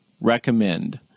recommend